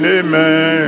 amen